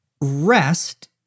rest